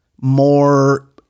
more